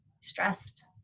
stressed